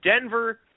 Denver